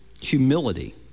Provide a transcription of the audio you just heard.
humility